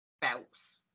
belts